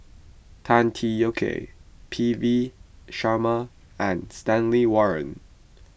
Tan Tee Yoke P V Sharma and Stanley Warren